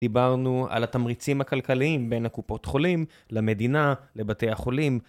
דיברנו על התמריצים הכלכליים בין הקופות חולים למדינה, לבתי החולים.